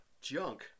junk